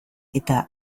eta